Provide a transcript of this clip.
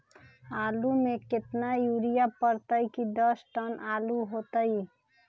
आलु म केतना यूरिया परतई की दस टन आलु होतई?